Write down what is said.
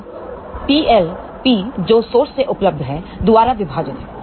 तो PlP जो स्रोत से उपलब्ध है द्वारा विभाजित है